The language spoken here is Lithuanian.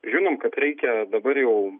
žinom kad reikia dabar jau